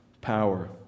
power